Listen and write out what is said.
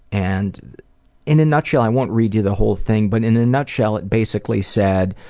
and in a nutshell i won't read you the whole thing but in a nutshell, it basically said,